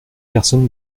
personne